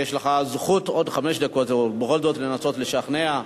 יש לך זכות עוד חמש דקות בכל זאת לנסות לשכנע,